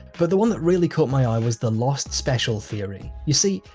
but the one that really caught my eye was the lost special theory. you see,